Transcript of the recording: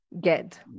get